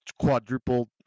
quadrupled